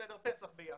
סדר פסח ביחד.